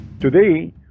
Today